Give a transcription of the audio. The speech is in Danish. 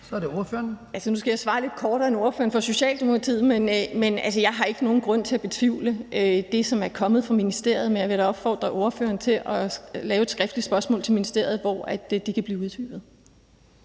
Heidi Bank (V): Nu skal jeg svare lidt kortere end ordføreren for Socialdemokratiet, men jeg har ikke nogen grund til at betvivle det, som er kommet fra ministeriet. Men jeg vil da opfordre ordføreren til at lave et skriftligt spørgsmål til ministeriet, hvor det kan blive uddybet.